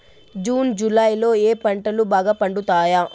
June July లో ఏ పంటలు బాగా పండుతాయా?